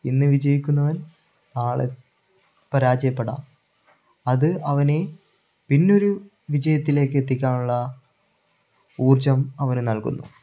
ഇന്ന് വിജയിക്കുന്നവൻ നാളെ പരാജയപ്പെടാം അത് അവനെ പിന്നൊരു വിജയത്തിലേക്ക് എത്തിക്കാനുള്ള ഊർജ്ജം അവന് നൽകുന്നു